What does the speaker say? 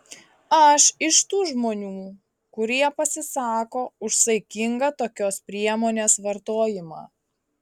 aš iš tų žmonių kurie pasisako už saikingą tokios priemonės vartojimą